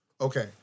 Okay